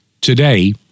today